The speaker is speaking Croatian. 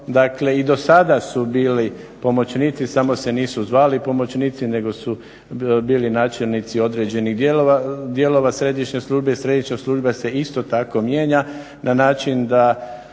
i dosada su bili pomoćnici samo se nisu zvali pomoćnici nego su bili načelnici određenih dijelova središnje službe. Središnja služba se isto tako mijenja na način da